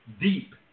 deep